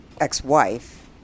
ex-wife